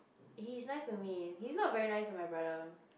he is nice to me he is not very nice to my brother